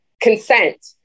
consent